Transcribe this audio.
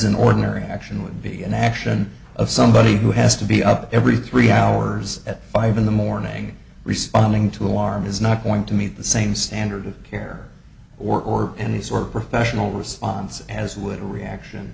an ordinary action would be an action of somebody who has to be up every three hours at five in the morning responding to alarm is not going to meet the same standard of care or in his or professional response as would a reaction